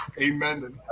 Amen